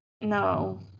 No